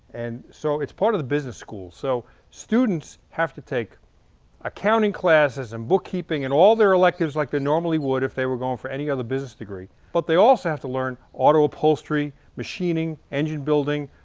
and so it's part of the business school. so students have to take accounting classes and bookkeeping and all their electives like they normally would if they were going for any other business degree. but they also have to learn auto upholstery, machining, engine building,